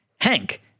Hank